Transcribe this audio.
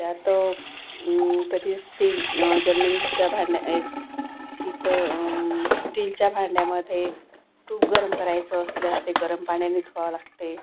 त्यात कधी स्टील जर्मनच्या भांड्या पितळ स्टीलच्या भांड्यामध्ये तूप गरम करायचं असल्यास ते गरम पाण्याने धुवावं लागते